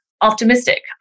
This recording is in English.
optimistic